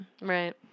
Right